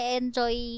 enjoy